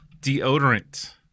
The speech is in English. Deodorant